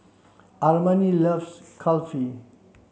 Armani loves Kulfi